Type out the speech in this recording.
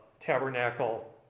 tabernacle